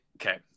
Okay